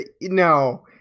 no